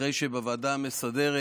אחרי שבוועדה המסדרת